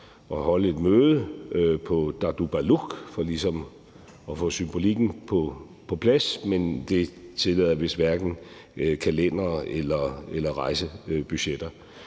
at holde et møde på Tartupaluk for ligesom at få symbolikken på plads, men det tillader vist hverken kalendere eller rejsebudgetter.